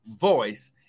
voice